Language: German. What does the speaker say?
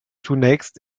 zunächst